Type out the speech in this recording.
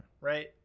Right